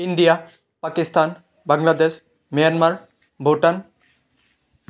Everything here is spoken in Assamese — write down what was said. India Pakistan Bangladesh Myanmar Bhutan